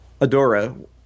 Adora